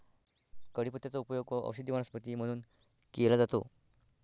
कढीपत्त्याचा उपयोग औषधी वनस्पती म्हणून केला जातो